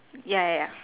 ya ya ya